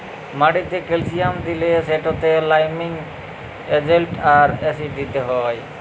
মাটিতে ক্যালসিয়াম দিলে সেটতে লাইমিং এজেল্ট আর অ্যাসিড দিতে হ্যয়